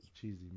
cheesy